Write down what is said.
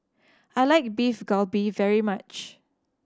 I like Beef Galbi very much